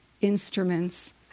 instruments